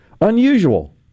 unusual